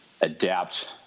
adapt